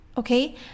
okay